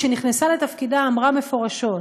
כשנכנסה לתפקידה אמרה מפורשות: